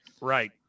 right